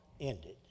ended